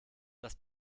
das